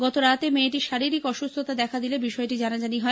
গতরাতে মেয়েটির শারীরিক অসুস্থতা দেখা দিলে বিষয়টি জানাজানি হয়